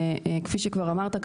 כפי שכבר אמרת,